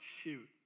shoot